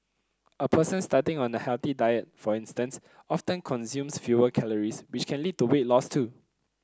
a person starting on a healthy diet for instance often consumes fewer calories which can lead to weight loss too